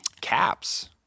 Caps